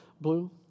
blue